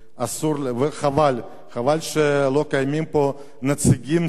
וחבל שלא קיימים פה נציגים של,